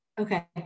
okay